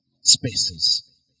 spaces